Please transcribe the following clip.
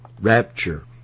Rapture